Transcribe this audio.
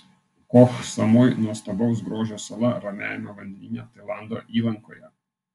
koh samui nuostabaus grožio sala ramiajame vandenyne tailando įlankoje